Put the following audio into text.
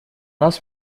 нас